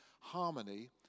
harmony